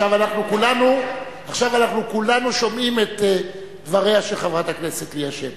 עכשיו אנחנו כולנו שומעים את דבריה של חברת הכנסת ליה שמטוב.